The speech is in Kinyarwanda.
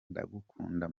ndagukunda